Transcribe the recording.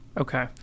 Okay